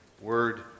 word